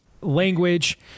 language